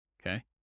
okay